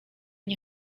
nie